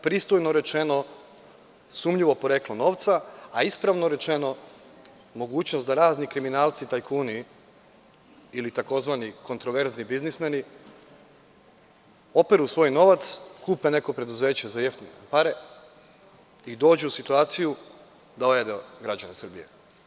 Pristojno rečeno - sumnjivo poreklo novca, a ispravno rečeno – mogućnost da razni kriminalci i tajkuni ili tzv. kontraverzni biznismeni operu svoj novac, kupe neko preduzeće za jeftine pare i dođu u situaciju da ojade građane Srbije.